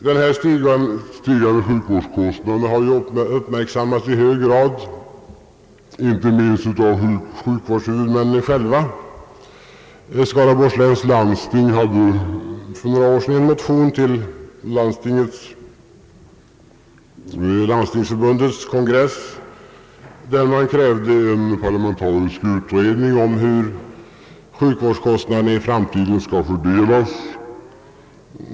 De stigande sjukvårdskostnaderna har ju uppmärksammats i hög grad, inte minst av sjukvårdshuvudmännen själva. Skaraborgs läns landsting väckte för några år sedan en motion vid Landstingsförbundets kongress med krav på en parlamentarisk utredning om hur sjukvårdskostnaderna i framtiden skall fördelas.